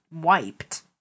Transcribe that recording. wiped